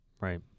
Right